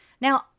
Now